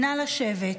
נא לשבת.